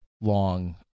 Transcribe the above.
long